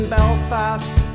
Belfast